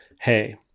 hey